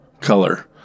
color